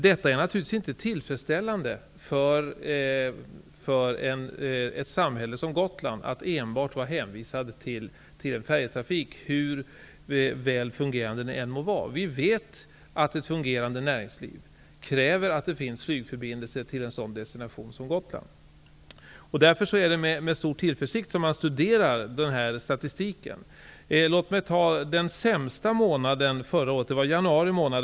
Det är givetvis inte tillfredsställande för ett samhälle som Gotland att enbart vara hänvisat till färjetrafik, hur väl fungerande den än mår vara. Vi vet att ett fungerande näringsliv kräver att det finns flygförbindelse till en sådan destination som Det är därför som man med stor tillförsikt kan studera statistiken. Låt mig ta den sämsta månaden förra året som exempel. Det var januari månad.